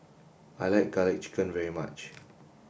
I like garlic chicken very much